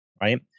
right